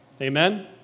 Amen